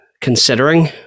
considering